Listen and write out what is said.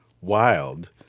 wild